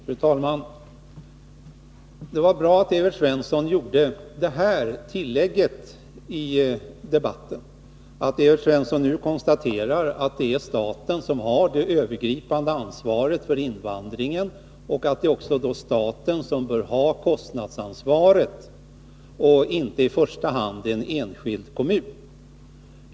Fru talman! Det var bra att Evert Svensson gjorde detta tillägg till debatten och konstaterade att staten har det övergripande ansvaret för invandringen och då också bör ha kostnadsansvaret, inte i första hand en enskild kommun.